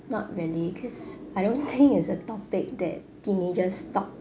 not really cause I don't think it's a topic that teenagers talk